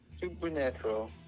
Supernatural